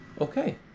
Okay